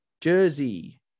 jersey